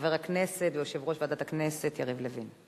חבר הכנסת ויושב-ראש ועדת הכנסת יריב לוין.